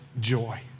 joy